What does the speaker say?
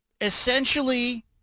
essentially